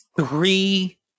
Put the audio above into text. three